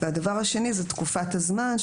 הדבר השני זה תקופת הזמן,